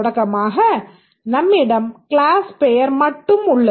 தொடக்கமாக நம்மிடம் க்ளாஸ் பெயர் மட்டும் உள்ளது